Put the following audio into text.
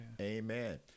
Amen